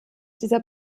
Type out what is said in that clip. dieser